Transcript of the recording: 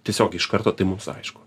tiesiog iš karto tai mums aišku